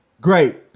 great